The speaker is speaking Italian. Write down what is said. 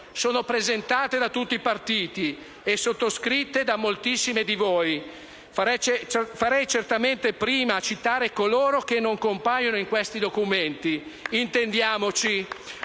Sono presentate da tutti partiti e sottoscritte da moltissimi di voi. Farei certamente prima a citare coloro che non compaiono in questi documenti, intendiamoci,